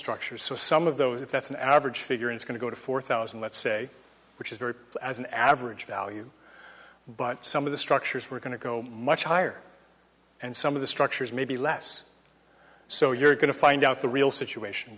structure so some of those if that's an average figure it's going to go to four thousand let's say which is very as an average value but some of the structures we're going to go much higher and some of the structures may be less so you're going to find out the real situation